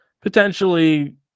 potentially